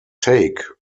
take